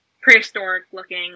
prehistoric-looking